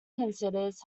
considers